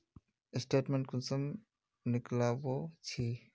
Statement कुंसम निकलाबो छी?